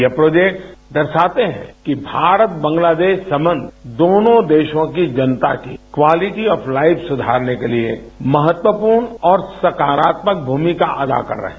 ये प्रोजेक्ट्स दर्शाते है कि भारत बांस्लादेश संबंध दोनों देशों की जनता की क्वालिटी ऑफ लाइफ सुधारने के लिए महत्वपूर्ण और सकारात्मक भूमिका अदा कर रहे है